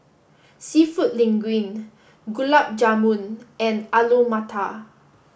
Seafood Linguine Gulab Jamun and Alu Matar